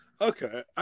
Okay